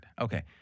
Okay